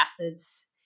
acids